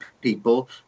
people